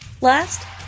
Last